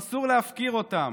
אסור להפקיר אותם,